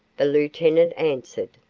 the lieutenant answered,